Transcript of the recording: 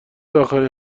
آخرین